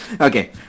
Okay